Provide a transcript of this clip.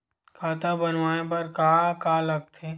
खाता बनवाय बर का का लगथे?